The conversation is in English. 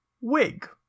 wig